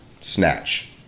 snatch